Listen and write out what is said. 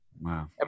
Wow